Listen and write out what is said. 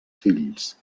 fills